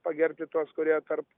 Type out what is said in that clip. pagerbti tuos kurie tarp